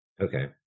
Okay